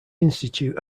institute